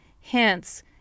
Hence